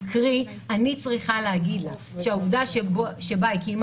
קרי אני צריכה להגיד לה שהעובדה שהיא קיימה